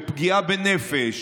בפגיעה בנפש,